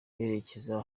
berekeza